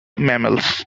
mammals